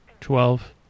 Twelve